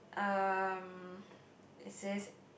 um it says